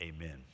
Amen